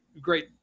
great